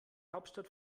hauptstadt